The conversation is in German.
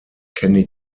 kenny